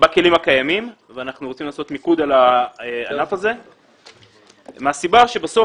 בכלים הקיימים ואנחנו רוצים לעשות מיקוד על הענף הזה מהסיבה שבסוף,